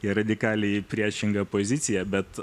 į radikaliai priešingą poziciją bet